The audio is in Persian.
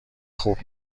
خوب